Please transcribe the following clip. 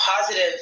positive